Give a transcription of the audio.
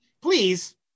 please